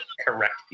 correct